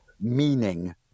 meaning